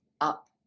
up